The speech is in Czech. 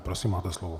Prosím, máte slovo.